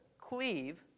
cleave